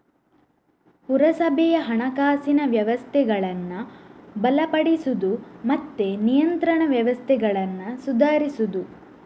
ಪುರಸಭೆಯ ಹಣಕಾಸಿನ ವ್ಯವಸ್ಥೆಗಳನ್ನ ಬಲಪಡಿಸುದು ಮತ್ತೆ ನಿಯಂತ್ರಣ ವ್ಯವಸ್ಥೆಗಳನ್ನ ಸುಧಾರಿಸುದು